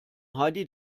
heidi